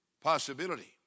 possibility